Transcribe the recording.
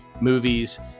movies